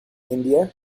india